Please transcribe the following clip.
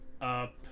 up